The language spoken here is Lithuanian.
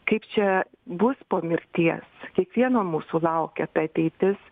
kaip čia bus po mirties kiekvieno mūsų laukia ta ateitis